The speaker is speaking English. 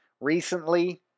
recently